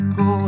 go